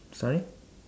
sorry